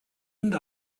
and